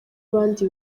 abandi